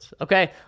okay